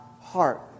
heart